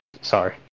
Sorry